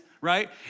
right